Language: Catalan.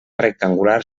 rectangular